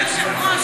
אדוני היושב-ראש,